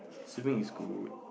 swimming is good